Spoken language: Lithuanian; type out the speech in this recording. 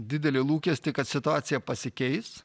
didelį lūkestį kad situacija pasikeis